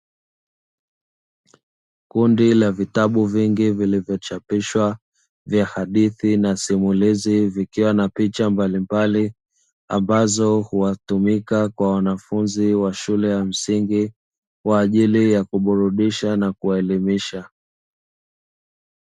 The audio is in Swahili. Kundi la vitabu vingi vilivyochapishwa vya hadithi na simulizi vikiwa na picha mbalimbali, ambazo hutumika kwa wanafunzi wa shule ya msingi Kwa ajili ya kubiridisha na kuelimisha.